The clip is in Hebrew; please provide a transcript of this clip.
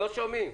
אז גם לך,